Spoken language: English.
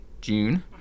June